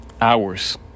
hours